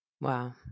Wow